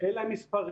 אין להם מספרים.